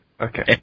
Okay